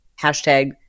Hashtag